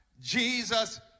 Jesus